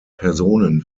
personen